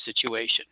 situation